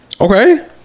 okay